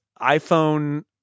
iPhone